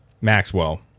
Maxwell